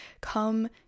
come